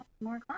more